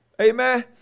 Amen